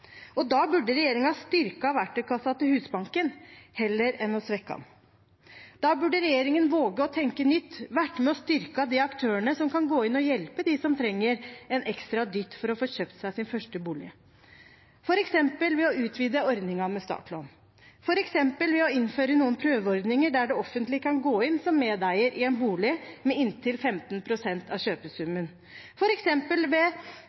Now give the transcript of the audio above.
bolig. Da burde regjeringen styrke verktøykassa til Husbanken heller enn å svekke den. Da burde regjeringen våge å tenke nytt, og være med på å støtte de aktørene som kan gå inn og hjelpe dem som trenger en ekstra dytt for å få kjøpt seg sin første bolig, f.eks. ved å utvide ordningen med startlån, f.eks. ved å innføre noen prøveordninger, der det offentlige kan gå inn som medeier i en bolig med inntil 15 pst. av kjøpesummen, f.eks. ved